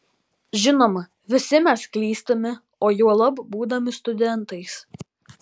žinoma visi mes klystame o juolab būdami studentais